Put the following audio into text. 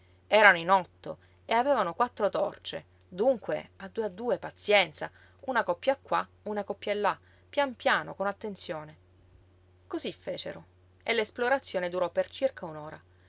erano in otto e avevano quattro torce dunque a due a due pazienza una coppia qua una coppia là pian piano con attenzione cosí fecero e l'esplorazione durò per circa